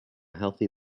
healthy